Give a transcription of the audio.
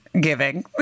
giving